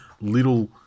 little